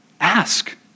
Ask